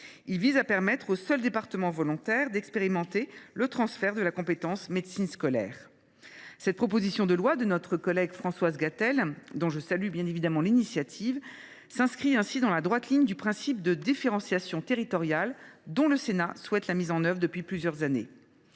Il vise à permettre aux seuls départements volontaires d’expérimenter le transfert de la compétence « médecine scolaire ». Cette proposition de loi de notre collègue Françoise Gatel, dont je salue l’initiative, s’inscrit ainsi dans la droite ligne du principe de différenciation territoriale, dont le Sénat souhaite la mise en œuvre depuis plusieurs années.